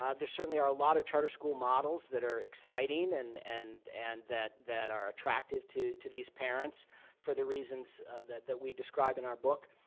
ah there certainly are a lot of charter school models that are exciting and and and that that are attractive to to these parents for the reasons that that we describe in our book.